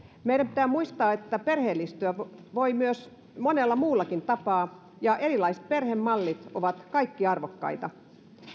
meidän pitää muistaa että perheellistyä voi myös monella muulla tapaa ja erilaiset perhemallit ovat kaikki arvokkaita